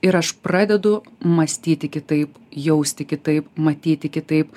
ir aš pradedu mąstyti kitaip jausti kitaip matyti kitaip